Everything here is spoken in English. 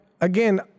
again